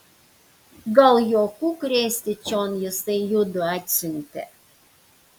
gal juokų krėsti čion jisai judu atsiuntė